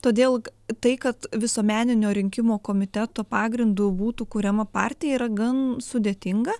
todėl tai kad visuomeninio rinkimų komiteto pagrindu būtų kuriama partija yra gan sudėtinga